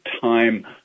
time